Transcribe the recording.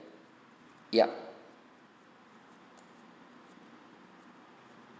yup